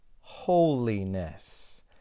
holiness